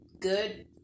good